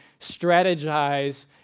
strategize